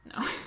No